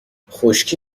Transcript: خشکی